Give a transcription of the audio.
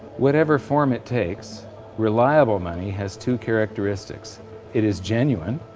whatever form it takes reliable money has two characteristics it is genuine,